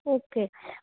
okay